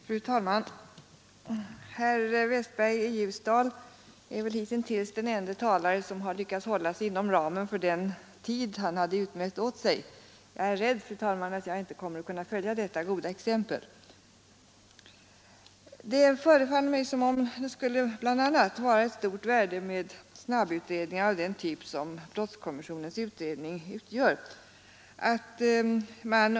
Fru talman! Herr Westberg i Ljusdal är väl hitintills den ende talare som lyckats hålla sig inom ramen för den tid han hade utmätt åt sig. Jag är rädd, fru talman, att jag inte kommer att kunna följa detta goda exempel. Det förefaller mig som om snabbutredningar av den typ som brottskommissionen utgör är av stort värde.